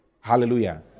Hallelujah